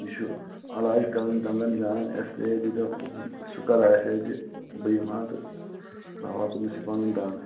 یہِ چھُ عیٚلاج کَرَن دَنٛدَن جان اِسلِیے دٔپۍتَو سُہ کَر آسہِ اتہِ بہٕ یِمہٕ ہا تہٕ بہٕ ہاوہا تٔمِس یہِ پَنٕنۍ دَنٛد